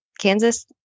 Kansas